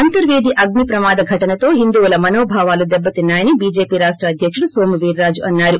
అంతర్వేది అగ్ని ప్రమాద ఘటనతో హిందువుల మనోభావాలు దెబ్పతిన్నా యని బీజేపీ రాష్ట్ర అధ్యకుడు నోము వీర్రాజు అన్నారు